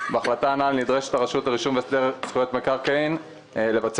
בהחלטה הנ"ל נדרשת הרשות לרישום והסדר זכויות מקרקעין לבצע